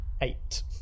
Eight